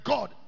God